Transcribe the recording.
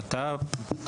ביטחון פנים?